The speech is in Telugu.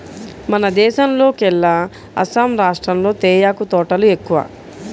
మన దేశంలోకెల్లా అస్సాం రాష్టంలో తేయాకు తోటలు ఎక్కువ